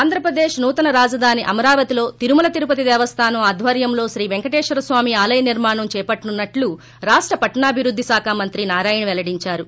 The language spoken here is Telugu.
ఆంధ్రప్రదేక్ నూతన రాజధాని అమరావతిలో తిరుమల తిరుపతి దేవస్థానం ఆధ్వర్యంలో శ్రీ పెంకటేశ్వర స్వామి ఆలయ నిర్మాణం చేపట్టనున్నట్లు రాష్ట పట్టణాభివృద్ది శాఖ మంత్రి నారాయణ పెల్లడిందారు